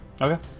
Okay